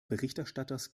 berichterstatters